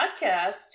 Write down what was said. podcast